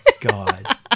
god